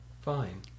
Fine